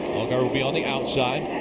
allgaier will be on the outside.